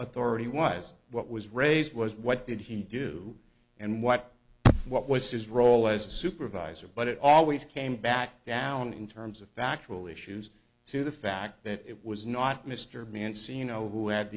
authority was what was raised was what did he do and what what was his role as a supervisor but it always came back down in terms of factual issues to the fact that it was not mr mann seen zero who had